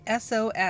SOS